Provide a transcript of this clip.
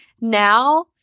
Now